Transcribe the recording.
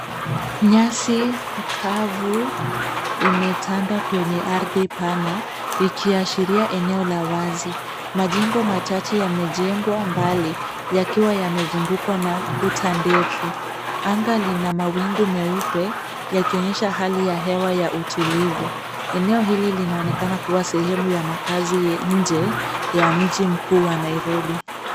Nyasi kavu imetanda kwenye ardhi pana ikiashiria eneo la wazi. Majengo machache yamejengwa mbali yakiwa yamezungukwa na kuta ndefu. Anga lina mawingu meupe yakionyesha hali ya hewa ya utulivu. Eneo hili linaonekana kuwa sehemu ya makazi ya nje ya mji mkuu wa Nairobi.